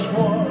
one